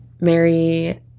Mary